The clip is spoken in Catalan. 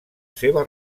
seva